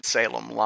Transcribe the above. Salem